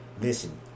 listen